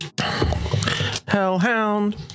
Hellhound